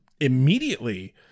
immediately